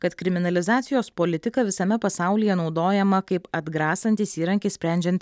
kad kriminalizacijos politika visame pasaulyje naudojama kaip atgrasantis įrankis sprendžiant